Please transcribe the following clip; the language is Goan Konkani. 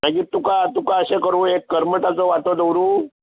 मागीर तुका तुका अशें करूं एक करमटाचो वांटो दवरूं